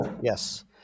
yes